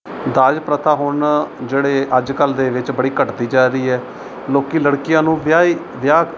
ਦਾਜ ਪ੍ਰਥਾ ਹੁਣ ਜਿਹੜੇ ਅੱਜ ਕੱਲ੍ਹ ਦੇ ਵਿੱਚ ਬੜੀ ਘੱਟਦੀ ਜਾ ਰਹੀ ਹੈ ਲੋਕੀਂ ਲੜਕੀਆਂ ਨੂੰ ਵਿਆਹ ਹੀ ਵਿਆਹ